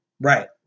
right